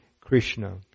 Krishna